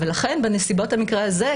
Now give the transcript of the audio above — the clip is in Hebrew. ולכן בנסיבות המקרה הזה,